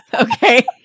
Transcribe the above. okay